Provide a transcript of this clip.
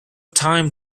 time